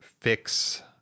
fix